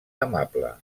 amable